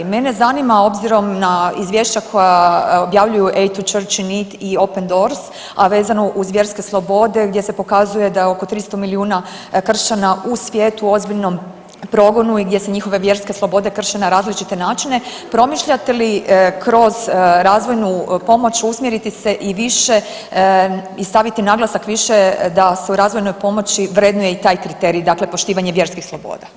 Mene zanima obzirom na izvješća koja objavljuju Aid to the Church in Need i Open Doors, a vezano uz vjerske slobode gdje se pokazuje da je oko 300 milijuna kršćana u svijetu u ozbiljnom progonu i gdje se njihove vjerske slobode krše na različite načine, pomišljate li kroz razvojnu pomoć usmjeriti se i više i staviti naglasak više da se u razvojnoj pomoći vrednuje i taj kriterij, dakle poštivanje vjerskih sloboda.